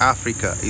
Africa